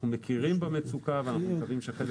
אנחנו מכירים במצוקה ואנחנו מקווים שחלק